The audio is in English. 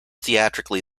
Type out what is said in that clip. theatrically